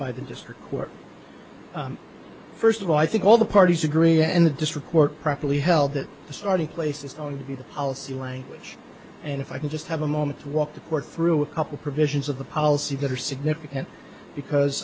by the district court first of all i think all the parties agree and the district court properly held that the starting place is going to be the policy language and if i can just have a moment to walk the court through a couple provisions of the policy that are significant because